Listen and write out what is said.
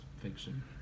fiction